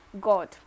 God